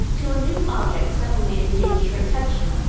till a new object suddenly engaged her attention.